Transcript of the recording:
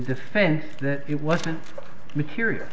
defense that it wasn't material